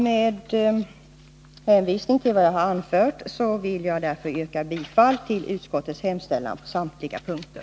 Med hänvisning till vad jag har anfört vill jag yrka bifall till utskottets hemställan på samtliga punkter.